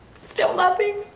still love me